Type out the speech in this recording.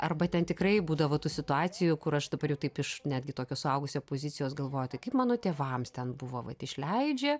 arba ten tikrai būdavo tų situacijų kur aš dabar jau taip iš netgi tokios suaugusio pozicijos galvoju tai kaip mano tėvams ten buvo vat išleidžia